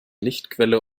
lichtquelle